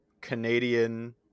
Canadian